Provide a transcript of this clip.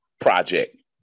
project